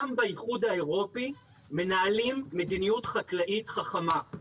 באיחוד האירופי מנהלים מדיניות כלכלית חכמה.